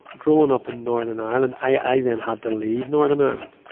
growing up in northern ireland, i then had to leave northern ireland,